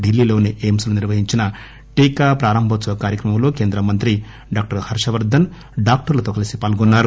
ఢిల్లీలోని ఎయిమ్స్ లో నిర్వహించిన టీకా ప్రారంభ కార్యక్రమంలో కేంద్ర మంత్రి డాక్టర్ హర్షవర్దన్ డాక్టర్లతో కలిసి పాల్గొన్నారు